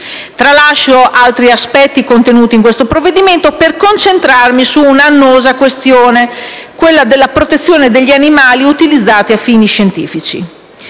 Tralascio altri aspetti contenuti nel provvedimento per concentrarmi su una annosa questione: la protezione degli animali utilizzati a fini scientifici.